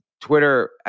Twitter